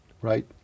right